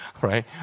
right